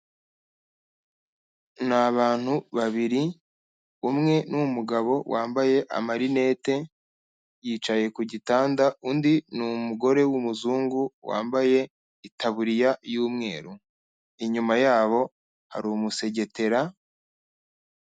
Ni abantu babiri, umwe ni umugabo wambaye amarinete, yicaye ku gitanda, undi ni umugore w'umuzungu wambaye itaburiya y'umweru, inyuma yabo hari umusegetera.